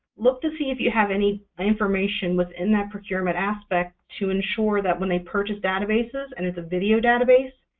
look to see if you have any information within that procurement aspect to ensure that when they purchase databases, and it's a video database,